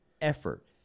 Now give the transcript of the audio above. effort